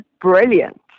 brilliant